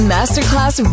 Masterclass